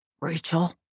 Rachel